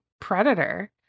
predator